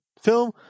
film